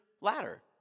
ladder